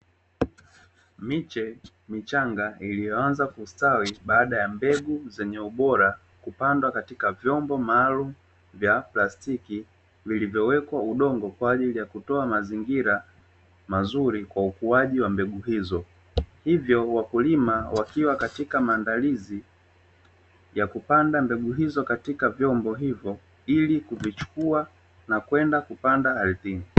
Miche michanga iliyoanza kustawi baada ya mbegu zenye ubora kupandwa katika vyombo maalumu vya plastiki, vilivyowekwa udongo kwa ajili ya kutoa mazingira mazuri kwa ukuaji wa mbegu hizo. Hivyo wakulima wakiwa katika maandalizi ya kupanda mbegu hizo katika vyombo hivyo ili kuvichukua na kwenda kupanda ardhini.